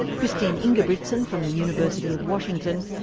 christine ingebritsen from the university of washington,